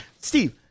Steve